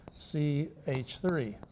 CH3